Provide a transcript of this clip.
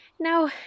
Now